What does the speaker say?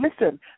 listen